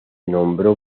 nombró